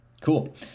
Cool